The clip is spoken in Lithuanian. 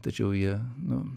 tačiau jie nu